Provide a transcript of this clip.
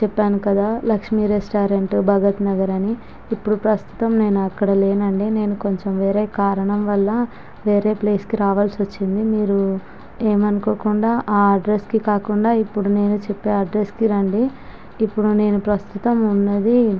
చెప్పాను కదా లక్ష్మి రెస్టారెంట్ భగత్ నగర్ అని ఇప్పుడు ప్రస్తుతం నేను అక్కడ లేనండి నేను కొంచెం వేరే కారణం వల్ల వేరే ప్లేస్కి రావలసి వచ్చింది మీరు ఏమనుకోకుండా ఆ అడ్రెస్స్కి కాకుండా ఇపుడు నేను చెప్పే అడ్రెస్సుకి రండి ఇపుడు నేను ప్రస్తుతం ఉన్నదీ